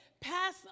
pass